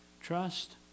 Trust